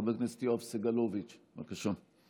חבר הכנסת יואב סגלוביץ', בבקשה.